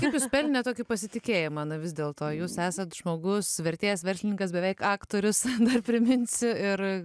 kaip jūs pelnėt tokį pasitikėjimą nu vis dėlto jūs esat žmogus vertėjas verslininkas beveik aktorius dar priminsiu ir